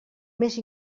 més